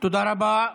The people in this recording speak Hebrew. תודה רבה.